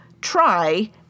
try